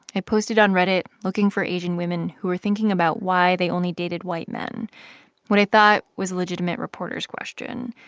i posted on reddit looking for asian women who were thinking about why they only dated white men what i thought was a legitimate reporter's question.